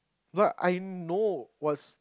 but I know what's